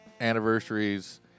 anniversaries